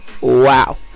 Wow